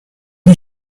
did